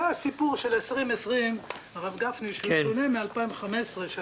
זה הסיפור של 2020 ששונה מ-2015,